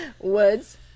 Woods